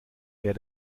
wer